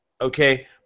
Okay